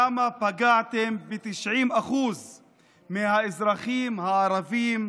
למה פגעתם ב-90% מהאזרחים הערבים,